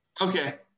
Okay